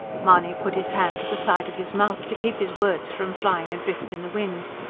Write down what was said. mahony put his hand to the side of his mouth, to keep his words from flying adrift in the wind.